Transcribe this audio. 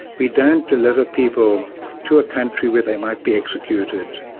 we don't deliver people to a country where they might be executed,